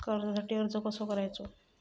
कर्जासाठी अर्ज कसो करायचो?